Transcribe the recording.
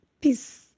peace